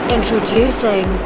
Introducing